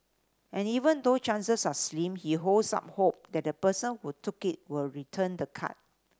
and even though chances are slim he holds out hope that the person who took it will return the card